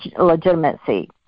legitimacy